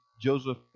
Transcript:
Joseph